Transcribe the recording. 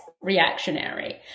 reactionary